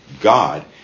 God